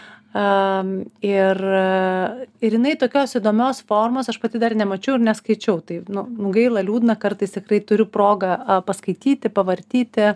a ir ir jinai tokios įdomios formos aš pati dar nemačiau ir neskaičiau taip nu nu gaila liūdna kartais tikrai turiu progą paskaityti pavartyti